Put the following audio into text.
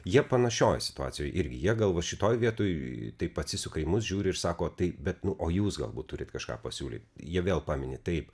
jie panašioj situacijoj irgi jie gal va šitoj vietoj taip atsisuka į mus žiūri ir sako tai bet nu o jūs galbūt turit kažką pasiūlyt jie vėl pamini taip